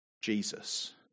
jesus